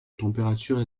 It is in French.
température